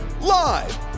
Live